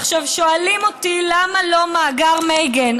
עכשיו, שואלים אותי: למה לא מאגר מייגן?